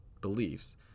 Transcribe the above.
beliefs